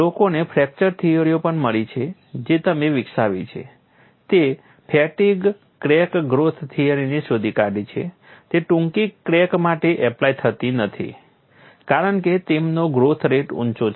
લોકોને ફ્રેક્ચર થિયરીઓ પણ મળી છે જે તમે વિકસાવી છે તે ફેટિગ ક્રેક ગ્રોથ થિયરીને શોધી કાઢી છે તે ટૂંકી ક્રેક માટે એપ્લાય થતી નથી કારણ કે તેમનો ગ્રોથ રેટ ઊંચો છે